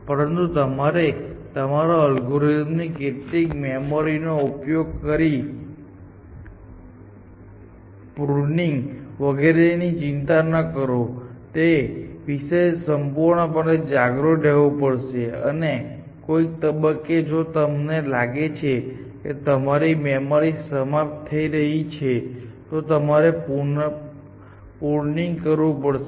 પરંતુ તમારે તમારા અલ્ગોરિધમ કેટલી મેમરીનો ઉપયોગ કરી રહ્યા છે તે વિશે સંપૂર્ણ પણે જાગૃત રહેવું પડશે અને કોઈક તબક્કે જો તમને લાગે છે કે તમારી મેમરી સમાપ્ત થઈ રહી છે તો તમારે પૃનિંગ કરવું પડશે